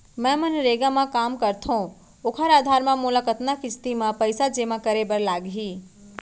मैं मनरेगा म काम करथो, ओखर आधार म मोला कतना किस्ती म पइसा जेमा करे बर लागही?